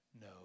no